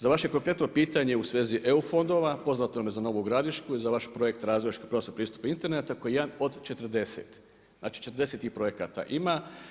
Za vaše konkretno pitanje u svezi eu fondova, poznato nam je za Novu Gradišku i za vaš projekt razvoja širokopojasnog pristupa interneta koji je jedan od 40, znači 40 tih projekata ima.